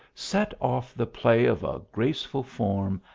set off the play of a graceful form,